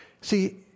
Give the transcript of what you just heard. See